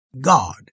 God